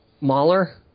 Mahler